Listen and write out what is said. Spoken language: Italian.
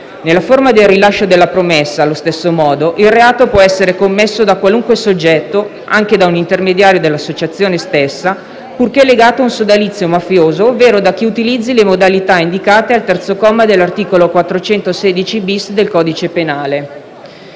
Nella forma del rilascio della promessa, allo stesso modo, il reato può essere commesso da qualunque soggetto, anche da un intermediario dell'associazione stessa, purché legato ad un sodalizio mafioso ovvero da chi utilizzi le modalità indicate al terzo comma dell'articolo 416-*bis* del codice penale.